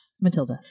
Matilda